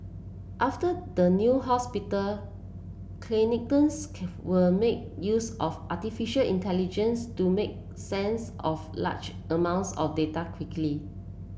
after the new hospital clinicians were make use of artificial intelligence to make sense of large amounts of data quickly